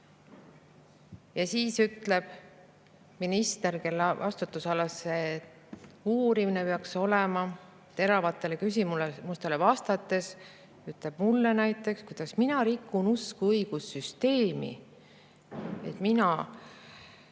Ja siis ütles minister, kelle vastutusalas see uurimine peaks olema, teravatele küsimustele vastates mulle näiteks, et mina rikun usku õigussüsteemi, et mina